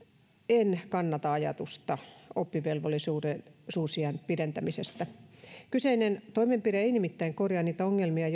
en kannata ajatusta oppivelvollisuusiän pidentämisestä kyseinen toimenpide ei nimittäin korjaa niitä ongelmia